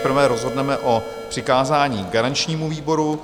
Nejprve rozhodneme o přikázání garančnímu výboru.